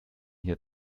hier